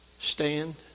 Stand